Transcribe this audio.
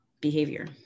behavior